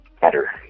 better